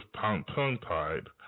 tongue-tied